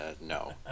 No